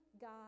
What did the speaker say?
God